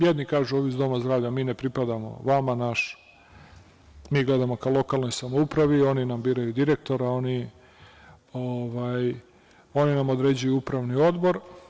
Jedni kažu, ovi iz doma zdravlja - mi ne pripadamo vama, mi gledamo ka lokalnoj samoupravi, oni nam biraju direktora, oni nam određuju upravni odbor.